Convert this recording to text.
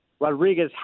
Rodriguez